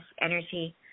energy